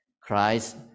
Christ